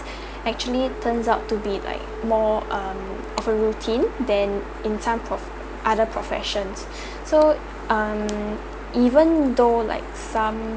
actually turns out to be like more um of a routine than in some of other profession so um even though like some